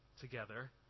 together